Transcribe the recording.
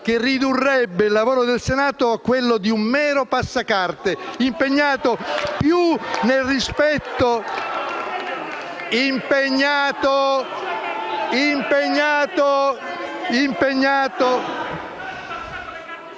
che ridurrebbe il lavoro del Senato a quello di un mero passacarte, impegnato più nel rispetto... *(Commenti dei senatori